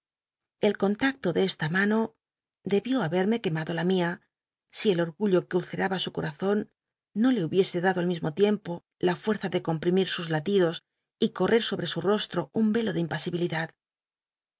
el contacto de esta mano debió haberme quemado la roía si el orgullo que ulceraba su corazón no le hubiese dado al mismo tiempo la fuerza de comprimir sus latidos y correr sobre su rostro un y elo de impasibilidad